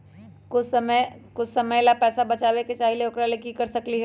हम कुछ समय ला पैसा बचाबे के चाहईले ओकरा ला की कर सकली ह?